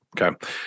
Okay